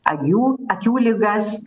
akių akių ligas